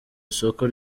isoko